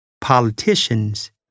politicians